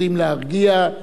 יודעים להרגיע,